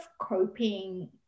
coping